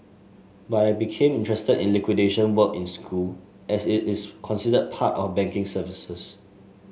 but I became interested in liquidation work in school as it is considered part of banking services